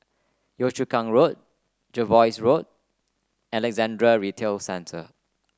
Yio Chu Kang Road Jervois Road Alexandra Retail Centre